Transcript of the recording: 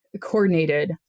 coordinated